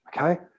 okay